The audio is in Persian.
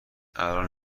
الان